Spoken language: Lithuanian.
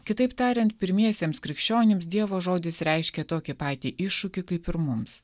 kitaip tariant pirmiesiems krikščionims dievo žodis reiškė tokį patį iššūkį kaip ir mums